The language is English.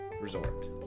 resort